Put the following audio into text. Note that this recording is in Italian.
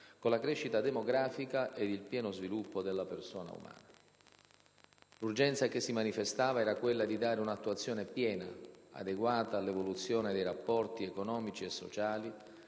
con la crescita demografica ed il pieno sviluppo della persona umana. L'urgenza che si manifestava era quella di dare un'attuazione piena, adeguata all'evoluzione dei rapporti economici e sociali,